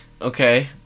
Okay